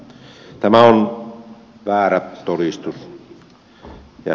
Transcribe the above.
sisäpolitiikkaa todellakin